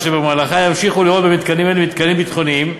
אשר במהלכן ימשיכו לראות במתקנים אלו מתקנים ביטחוניים